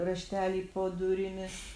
raštelį po durimis